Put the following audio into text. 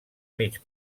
mig